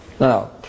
Now